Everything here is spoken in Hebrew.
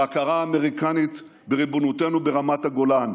על ההכרה האמריקנית בריבונותנו ברמת הגולן,